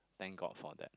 thank god for that